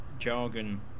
jargon